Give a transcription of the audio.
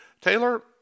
Taylor